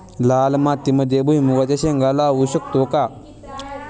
लाल मातीमध्ये भुईमुगाच्या शेंगा लावू शकतो का?